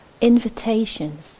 invitations